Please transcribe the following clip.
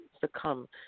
succumb